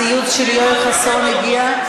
הציוץ של יואל חסון הגיע?